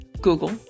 Google